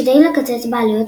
כדי לקצץ בעלויות,